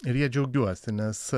ir ja džiaugiuosi nes